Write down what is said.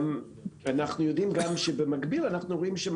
אנחנו יודעים גם שבמקביל אנחנו רואים מה